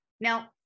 now